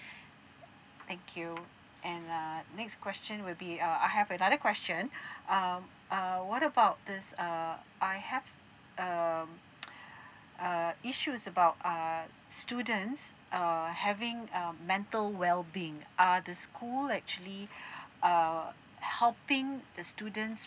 thank you and uh next question will be uh I have another question um uh what about this err I have um uh issues about err students uh having a mental well being are the school actually uh helping the students